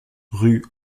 rue